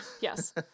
Yes